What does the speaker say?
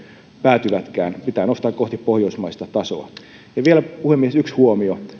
päätyvätkään pitää nostaa kohti pohjoismaista tasoa puhemies vielä yksi huomio